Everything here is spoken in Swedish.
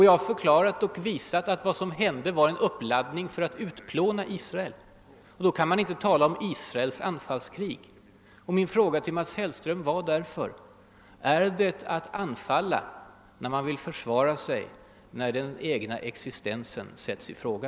Jag har förklarat och visat att vad som hände var en uppladdning för att utplåna Israel. Därför kan man inte tala om Israels »anfallskrig». Min fråga till Mats Hellström löd därför: Är det att »anfalla» när man försvarar sig då den egna existensen sätts i fråga?